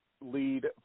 lead